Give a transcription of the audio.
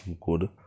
good